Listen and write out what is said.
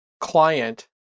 client